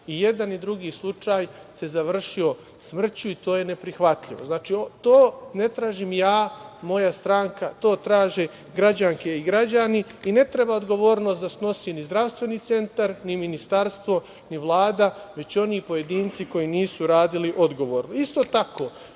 I jedan i drugi slučaj se završio smrću, i to je neprihvatljivo. To ne tražimo ni ja, ni moja stranka, već to traže građanke i građani. Ne treba odgovornost da snosi ni Zdravstveni centar, ni ministarstvo, ni Vlada, već oni pojedinci koji nisu radili odgovorno. Isto tako,